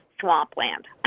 swampland